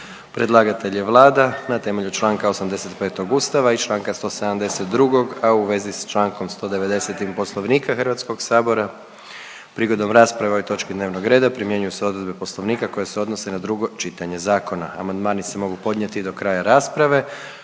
Predlagatelj je Vlada RH temeljem čl. 85 Ustava RH i čl. 172 Poslovnika Hrvatskoga sabora. Prigodom rasprave o ovoj točki dnevnog reda primjenjuju se odredbe Poslovnika koje se odnose na prvo čitanje zakona. Raspravu su proveli Odbor za